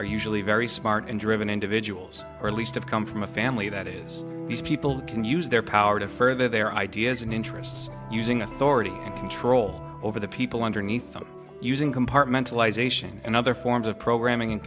usually very smart and driven individuals or at least have come from a family that is these people can use their power to further their ideas and interests using authority and control over the people underneath them using compartmentalisation and other forms of programming